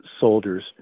soldiers